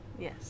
Yes